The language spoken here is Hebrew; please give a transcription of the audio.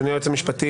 אדוני היועץ המשפטי,